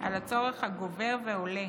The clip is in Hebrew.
על הצורך הגובר ועולה